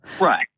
Right